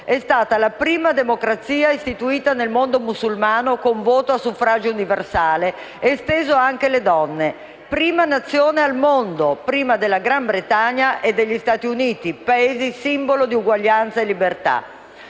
è stata la prima democrazia istituita nel mondo musulmano con voto a suffragio universale, esteso anche alle donne, prima Nazione al mondo, prima della Gran Bretagna e degli Stati Uniti, Paesi simbolo di uguaglianza e libertà;